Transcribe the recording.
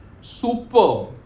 Super